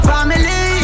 Family